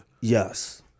Yes